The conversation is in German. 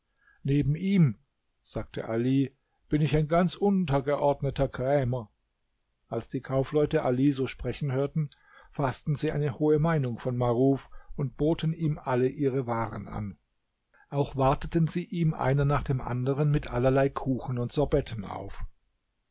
neben ihm sagte ali bin ich ein ganz untergeordneter krämer als die kaufleute ali so sprechen hörten faßten sie eine hohe meinung von maruf und boten ihm alle ihre waren an auch warteten sie ihm einer nach dem anderen mit allerlei kuchen und sorbetten auf